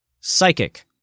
Psychic